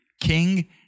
King